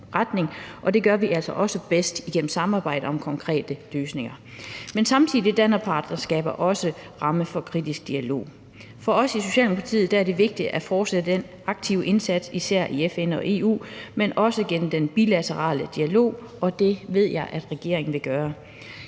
og det gør vi altså bedst gennem samarbejde om konkrete løsninger. Samtidig danner partnerskabet også ramme for kritisk dialog. For os i Socialdemokratiet er det vigtigt at fortsætte den aktive indsats især i FN og EU, men også gennem den bilaterale dialog, og det ved jeg at regeringen vil gøre.